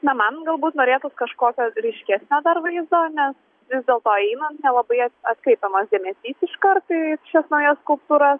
na man galbūt norėtųs kažkokio ryškesnio dar vaizdo nes vis dėlto einant nelabai at atkreipiamas dėmesys iškart į šias naujas skulptūras